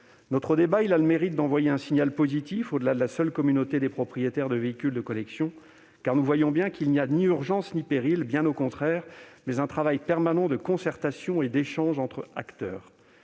Notre débat a le mérite d'envoyer un signal positif au-delà de la seule communauté des propriétaires de véhicules de collection. En effet, nous voyons bien qu'il n'y a ni urgence ni péril. Bien au contraire, on assiste à un travail permanent de concertation et d'échanges entre les